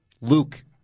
Luke